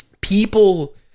people